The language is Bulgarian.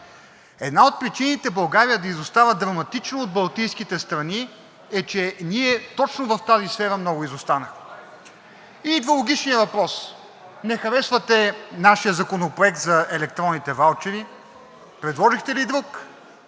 Една от причините България да изостава драматично от Балтийските страни е, че ние точно в тази сфера много изостанахме. И идва логичният въпрос: не харесвате нашия Законопроект за електронните ваучери, предложихте ли друг?